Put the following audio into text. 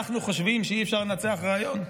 אנחנו חושבים שאי-אפשר לנצח רעיון?